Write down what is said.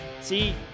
see